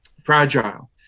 fragile